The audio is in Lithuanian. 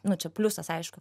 nu čia pliusas aišku